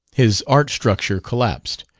his art-structure collapsed.